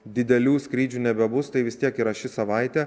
didelių skrydžių nebebus tai vis tiek yra šią savaitė